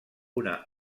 una